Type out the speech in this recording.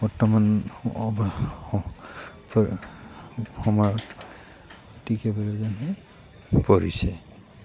বৰ্তমান সময়ত অতিকৈ প্ৰয়োজন হৈ পৰিছে